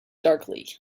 darkly